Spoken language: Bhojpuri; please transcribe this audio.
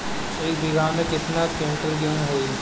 एक बीगहा में केतना कुंटल गेहूं होई?